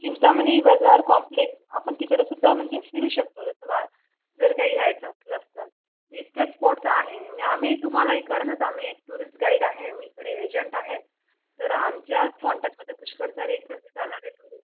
Chintamani Bazaar complex आपण तिकडेसुद्धा म्हणजे फिरू शकतो जर जर काही घ्यायचं असलंच तर इतकेच स्पॉट्स आहे मी आम्ही तुम्हाला इकडूनच आम्ही टुरिस्ट गाईड आहे मी इकडे एजंट आहे तर आमच्याच कॉन्टॅक्टमध्ये पुष्कळ सारे इकडचे जाणारे टुरिस्ट